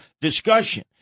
discussion